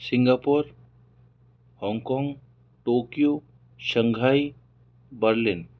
Singapore Hong Kong Tokyo Shanghai Berlin